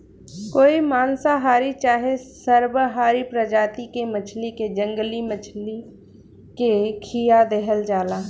कोई मांसाहारी चाहे सर्वाहारी प्रजाति के मछली के जंगली मछली के खीया देहल जाला